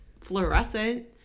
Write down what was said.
fluorescent